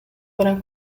para